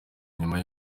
nyuma